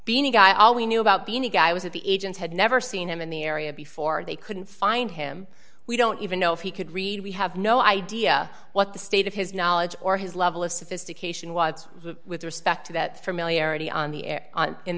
being a guy all we knew about the new guy was that the agents had never seen him in the area before they couldn't find him we don't even know if he could read we have no idea what the state of his knowledge or his level of sophistication watts with respect to that familiarity on the air on in